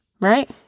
right